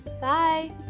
bye